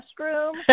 restroom